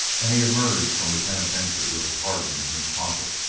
and he emerged from the penitentiary with a pardon in his pocket,